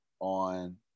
on